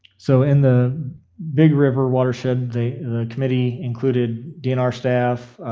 so, in the big river watershed the committee included dnr staff,